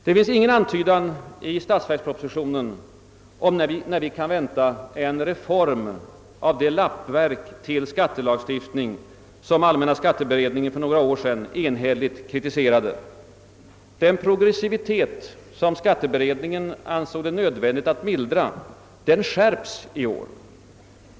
Det finns ingen antydan i statsverkspropositionen om när vi kan vänta en reform av det lappverk till skattelag stiftning som allmänna skatteberedningen för några år sedan enhälligt kritiserade. Den «progressivitet som skatteberedningen ansåg det nödvändigt att mildra skärps i år.